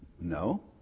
No